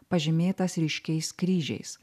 pažymėtas ryškiais kryžiais